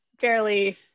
fairly